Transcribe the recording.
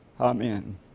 Amen